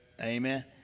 Amen